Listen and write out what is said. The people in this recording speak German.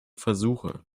versuche